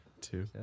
Two